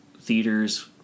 theaters